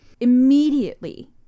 Immediately